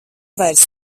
vairs